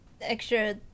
Extra